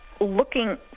looking